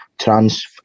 trans